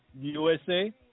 USA